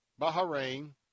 Bahrain